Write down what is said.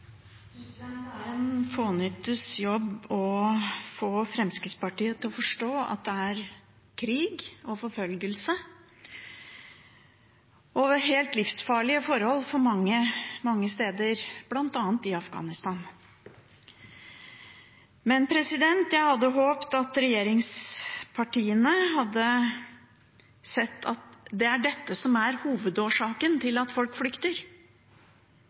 Det er en fånyttes jobb å få Fremskrittspartiet til å forstå at det er krig og forfølgelse og helt livsfarlige forhold for mange, mange steder, bl.a. i Afghanistan, men jeg hadde håpet at regjeringspartiene hadde sett at det er dette som er hovedårsaken til at folk flykter.